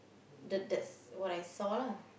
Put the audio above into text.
the that's what I saw lah